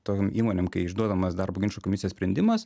tom įmonėm kai išduodamas darbo ginčų komisijos sprendimas